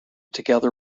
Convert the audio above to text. together